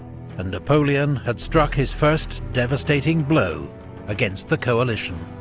and napoleon had struck his first devastating blow against the coalition.